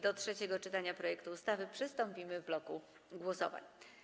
Do trzeciego czytania projektu ustawy przystąpimy w bloku głosowań.